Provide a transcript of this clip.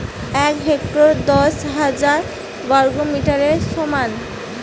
এক হেক্টর দশ হাজার বর্গমিটারের সমান